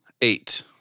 Eight